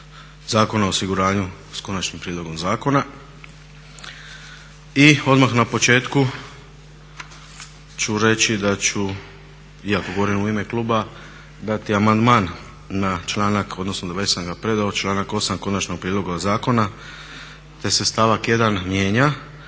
Zakona o osiguranju s konačnim prijedlogom zakona. I odmah na početku ću reći da ću, iako govorim u ime kluba dati amandman na članak, odnosno već sam ga predao članak 8. Konačnog prijedloga zakona, te se stavak 1. mijenja